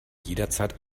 jederzeit